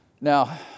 Now